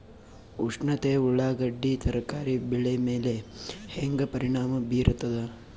ಉಷ್ಣತೆ ಉಳ್ಳಾಗಡ್ಡಿ ತರಕಾರಿ ಬೆಳೆ ಮೇಲೆ ಹೇಂಗ ಪರಿಣಾಮ ಬೀರತದ?